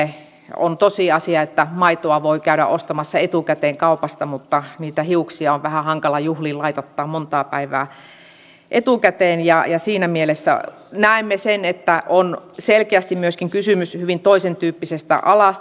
on tosiasia että maitoa voi käydä ostamassa etukäteen kaupasta mutta niitä hiuksia on vähän hankala juhliin laitattaa montaa päivää etukäteen ja siinä mielessä näemme sen että on selkeästi myöskin kysymys hyvin toisentyyppisestä alasta